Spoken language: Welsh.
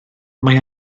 mae